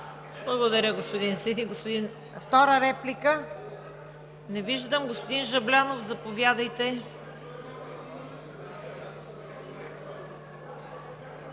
Благодаря Ви, господин Сиди. Втора реплика? Не виждам. Господин Жаблянов, заповядайте.